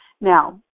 Now